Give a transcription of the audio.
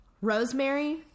Rosemary